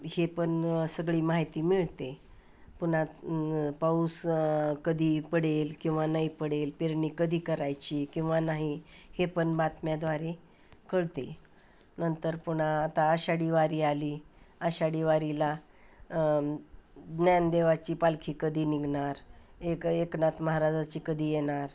हे पण सगळी माहिती मिळते आहे पुन्हा पाऊस कधी पडेल किंवा नाही पडेल पेरणी कधी करायची किंवा नाही हे पण बातम्यांद्वारे कळते आहे नंतर पुन्हा आता आषाढी वारी आली आषाढी वारीला ज्ञानदेवांची पालखी कधी निघणार एक एकनाथ महाराजांची कधी येणार